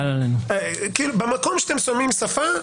במקם שאתם שמים שפה,